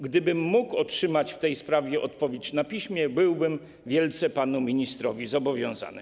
Gdybym mógł otrzymać w tej sprawie odpowiedź na piśmie, byłbym wielce panu ministrowi zobowiązany.